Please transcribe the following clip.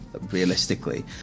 realistically